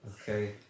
okay